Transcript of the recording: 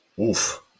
Oof